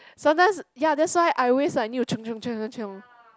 sometimes ya that's why I always like need to chiong chiong chiong chiong